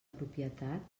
propietat